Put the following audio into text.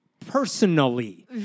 personally